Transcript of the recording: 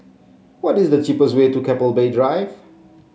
what is the cheapest way to Keppel Bay Drive